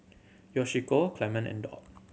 Yoshiko Clemon and Dot